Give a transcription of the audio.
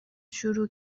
شروع